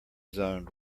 zoned